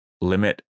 limit